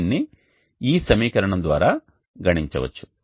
దీనిని ఈ సమీకరణం ద్వారా గణించవచ్చు